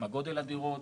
מה גודל הדירות,